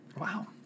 Wow